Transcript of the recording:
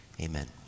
Amen